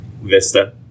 Vista